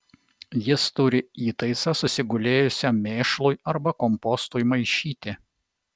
jis turi įtaisą susigulėjusiam mėšlui arba kompostui maišyti